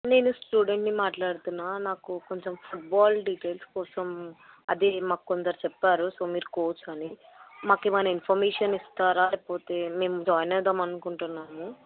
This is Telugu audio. నేను స్టూడెంట్ని మాట్లాడుతున్నా నాకు కొంచెం ఫుట్బాల్ డీటెయిల్స్ కోసం అది మాక్కొందరు చెప్పారు సో మీరు కోచ్ అని మాకు ఏమైనా ఇన్ఫర్మేషన్ ఇస్తారా లేకపోతే మేము జాయిన్ అవుదామనుకుంటున్నాము